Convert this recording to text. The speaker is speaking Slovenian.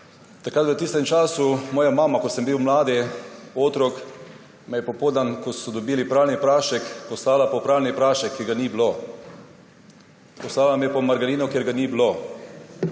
skupaj. V tistem času, ko sem bil mlad, otrok, me je moja mama popoldan, ko so dobili pralni prašek, poslala po pralni prašek, ki ga ni bilo. Poslala me je po margarino, ker je ni bilo.